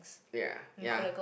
ya ya